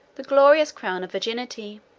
the glorious crown of virginity.